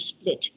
split